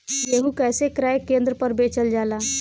गेहू कैसे क्रय केन्द्र पर बेचल जाला?